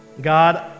God